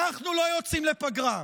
אנחנו לא יוצאים לפגרה,